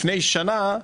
לפני שנה,